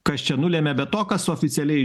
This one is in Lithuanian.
kas čia nulėmė be to kas oficialiai